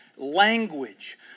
Language